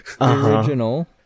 original